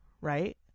right